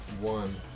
one